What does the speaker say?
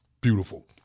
Beautiful